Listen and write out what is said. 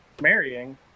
marrying